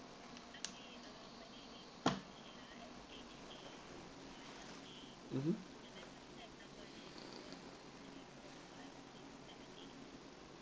mm